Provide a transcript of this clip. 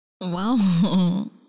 Wow